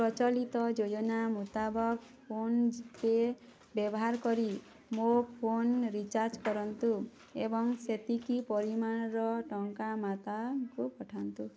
ପ୍ରଚଳିତ ଯୋଜନା ମୁତାବକ ଫୋନ୍ପେ ବ୍ୟବହାର କରି ମୋ ଫୋନ୍ ରିଚାର୍ଜ କରନ୍ତୁ ଏବଂ ସେତିକି ପରିମାଣର ଟଙ୍କା ମାତାକୁ ପଠାନ୍ତୁ